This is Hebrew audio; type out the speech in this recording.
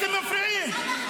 אתם מפריעים.